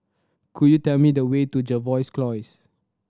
could you tell me the way to Jervois